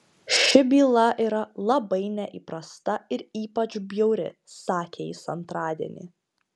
ši byla yra labai neįprasta ir ypač bjauri sakė jis antradienį